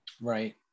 Right